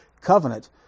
covenant